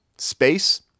space